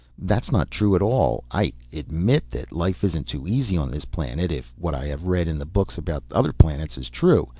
that's not true at all. i admit that life isn't too easy on this planet. if what i have read in the books about other planets is true.